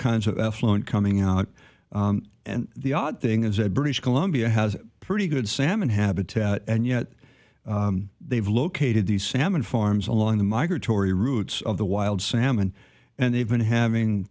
kinds of effluent coming out and the odd thing is that british columbia has pretty good salmon habitat and yet they've located these salmon farms along the migratory routes of the wild salmon and they've been having